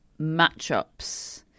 matchups